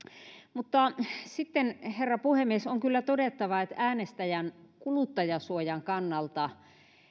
mutta sitten herra puhemies on kyllä todettava että äänestäjän kuluttajansuojan kannalta